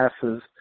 passes